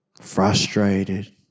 frustrated